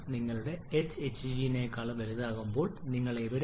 നിങ്ങളുടെ h hg നേക്കാൾ വലുതാകുമ്പോൾ നിങ്ങൾ എവിടെയാണ്